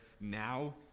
now